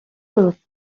درست